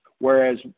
whereas